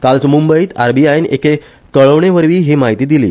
काल मूंबयत आरबीआयन एके कळवणेवरवी ही म्हायती दिली